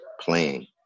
playing